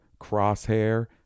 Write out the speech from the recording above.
crosshair